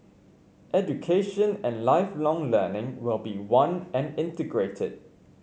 education and Lifelong Learning will be one and integrated